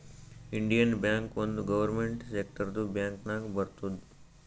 Indian Bank ಒಂದ್ government ಸೆಕ್ಟರ್ದು bank ನಾಗ್ ಬರ್ತುದ್